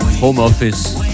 Homeoffice